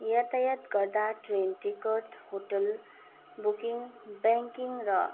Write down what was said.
यातायात गर्दा train ticket hotel booking banking र